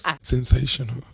sensational